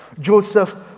Joseph